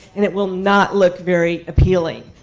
and it will not look very appealing.